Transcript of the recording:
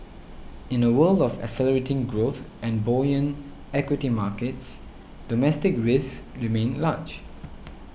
in a world of accelerating growth and buoyant equity markets domestic risks remain large